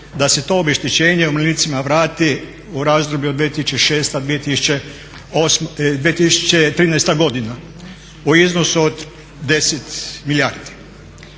da se to obeštećenje umirovljenicima vrati u razdoblju od 2006. do 2013. godina u iznosu od 10 milijardi.